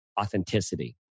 authenticity